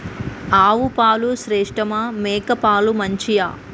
ఆవు పాలు శ్రేష్టమా మేక పాలు మంచియా?